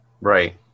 Right